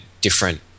different